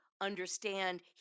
understand